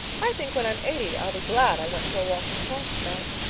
i think when i am eighty i'll be glad i went for a walk in the park tonight.